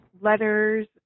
letters